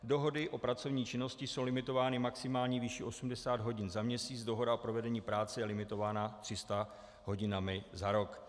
Dohody o pracovní činnosti jsou limitovány maximální výší 80 hodin za měsíc, dohoda o provedení práce je limitována 300 hodinami za rok.